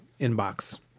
inbox